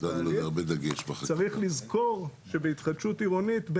צריך לזכור שבהתחדשות עירונית,